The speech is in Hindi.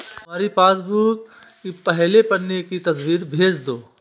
तुम्हारी पासबुक की पहले पन्ने की तस्वीर भेज दो